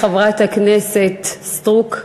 חברת הכנסת סטרוק,